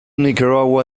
nicaragua